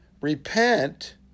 Repent